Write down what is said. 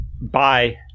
Bye